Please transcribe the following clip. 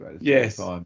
Yes